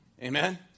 Amen